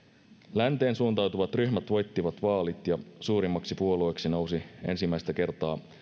länteen suuntautuvat ryhmät voittivat vaalit ja suurimmaksi puolueeksi nousi ensimmäistä kertaa